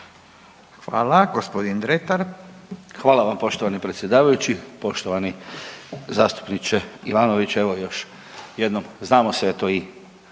Davor (DP)** Hvala vam poštovani predsjedavajući. Poštovani zastupniče Ivanović, evo još jednom znamo se eto i